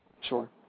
sure